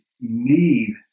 need